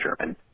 German